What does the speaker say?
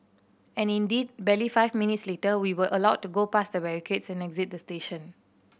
and indeed barely five minutes later we were allowed to go past the barricades and exit the station